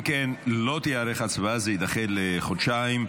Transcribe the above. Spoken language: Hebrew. אם כן, לא תיערך הצבעה, וזה יידחה בחודשיים.